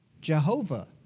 Jehovah